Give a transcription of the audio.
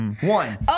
One